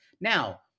Now